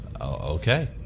okay